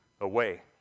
away